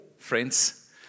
Friends